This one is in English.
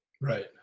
Right